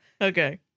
okay